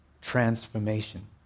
transformation